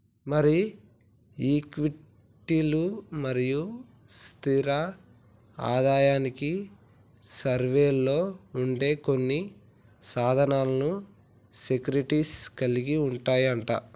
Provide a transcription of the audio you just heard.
మరి ఈక్విటీలు మరియు స్థిర ఆదాయానికి సేరువలో ఉండే కొన్ని సాధనాలను సెక్యూరిటీస్ కలిగి ఉంటాయి అంట